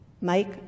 Mike